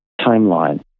timeline